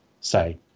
say